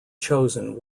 chosen